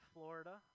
Florida